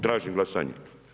Tražim glasanje.